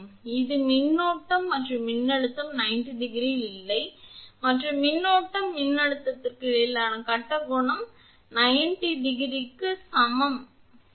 எனவே இது மின்னோட்டம் மற்றும் மின்னழுத்தம் 90 ° இல்லை மற்றும் மின்னோட்டம் மற்றும் மின்னழுத்தங்களுக்கு இடையிலான கட்ட கோணம் 𝜙 மற்றும் 90 90 ° equal க்கு சமம் மற்றும் இது உண்மையில் இழப்பு கோணம் என்று அழைக்கப்படுகிறது இது மின்கடத்தாவின் இழப்பு கோணம் என்று அழைக்கப்படுகிறது